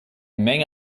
menge